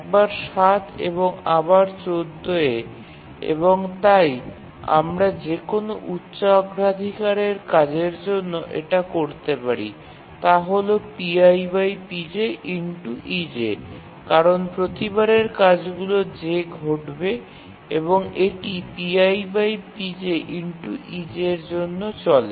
একবার ৭ এবং আবার ১৪ এ এবং তাই আমরা যে কোনও উচ্চ অগ্রাধিকারের কাজের জন্য এটা করতে পারি তা হল কারণ প্রতিবারের কাজগুলি j ঘটবে এবং এটি এর জন্য চলে